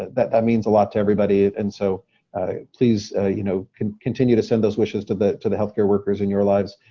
that that means a lot to everybody. and so please you know continue to send those wishes to the to the health care workers in your lives.